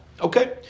Okay